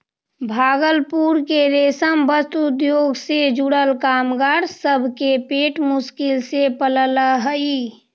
भागलपुर के रेशम वस्त्र उद्योग से जुड़ल कामगार सब के पेट मुश्किल से पलऽ हई